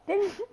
then